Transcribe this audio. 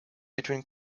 between